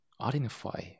identify